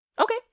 Okay